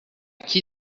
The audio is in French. qui